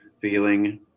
feeling